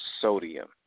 sodium